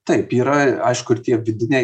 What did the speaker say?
taip yra aišku ir tie vidiniai